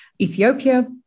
Ethiopia